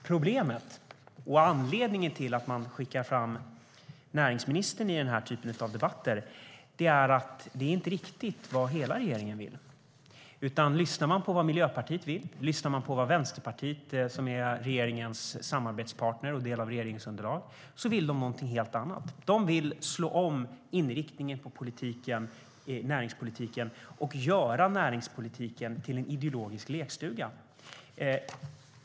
Problemet, och anledningen till att man skickar fram näringsministern i den här typen av debatter, är att det inte riktigt är vad hela regeringen vill. Om man lyssnar på vad Miljöpartiet vill och om man lyssnar på vad Vänsterpartiet, som är regeringens samarbetspartner och del av regeringsunderlaget, hör man att de vill någonting helt annat. De vill slå om inriktningen på näringspolitiken och göra den till en ideologisk lekstuga.